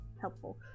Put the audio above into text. Helpful